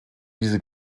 diese